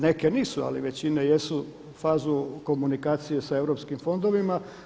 Neke nisu, ali većina jesu fazu komunikacije sa europskim fondovima.